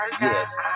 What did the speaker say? yes